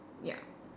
ya